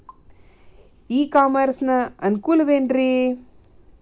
E commerce ನ ಅನುಕೂಲವೇನ್ರೇ?